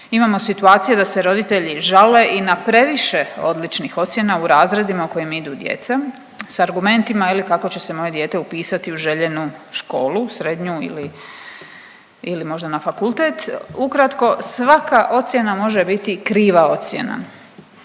Imamo situacije da se roditelji žale i na previše odličnih ocjena u razredima u kojem idu djeca sa argumentima je li kako će se moje dijete upisati u željenu školu srednju ili možda na fakultet. Ukratko svaka ocjena može biti kriva ocjena.